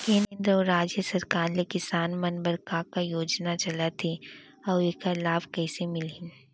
केंद्र अऊ राज्य सरकार ले किसान मन बर का का योजना चलत हे अऊ एखर लाभ कइसे मिलही?